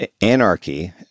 anarchy